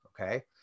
okay